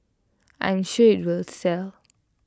I'm sure IT will sell